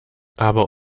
aber